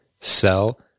Sell